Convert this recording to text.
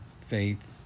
faith